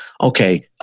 okay